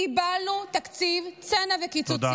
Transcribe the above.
קיבלנו תקציב צנע וקיצוצים.